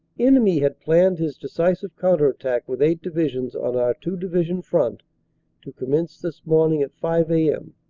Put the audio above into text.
enemy had planned his decisive counter-attack with eight divisions on our two division front to commence this morning at five a m.